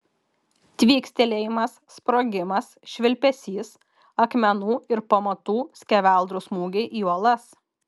tvykstelėjimas sprogimas švilpesys akmenų ir pamatų skeveldrų smūgiai į uolas